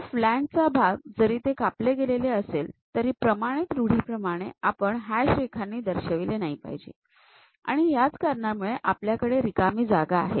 हा फ्लॅन्ज चा भाग जरी तो कापले गेलेले असेल तरी प्रमाणित रूढीप्रमाणे याला आपण हॅश रेखांनी दर्शवीले नाही पाहिजे आणि याच कारणांमूळे आपल्याकडे रिकामी जागा आहे